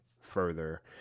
further